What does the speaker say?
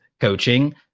coaching